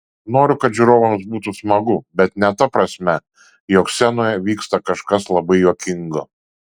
noriu kad žiūrovams būtų smagu bet ne ta prasme jog scenoje vyksta kažkas labai juokingo